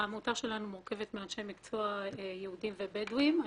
העמותה שלנו מורכבת מאנשי מקצוע יהודים ובדואים.